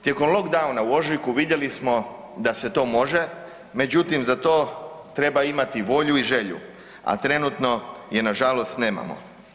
Tijekom lockdowna u ožujku, vidjeli smo da se to može međutim za to treba imati volju i želju a trenutno je nažalost nemamo.